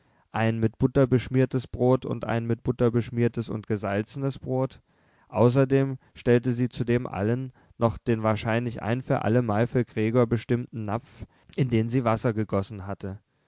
ein mit butter beschmiertes brot und ein mit butter beschmiertes und gesalzenes brot außerdem stellte sie zu dem allen noch den wahrscheinlich ein für allemal für gregor bestimmten napf in den sie wasser gegossen hatte